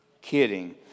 Kidding